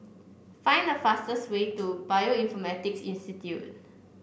find the fastest way to Bioinformatics Institute